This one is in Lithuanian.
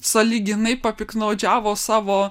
sąlyginai papiktnaudžiavo savo